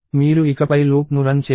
మీరు ఇకపై లూప్ను రన్ చేయవద్దు